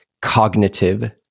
cognitive